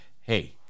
Hey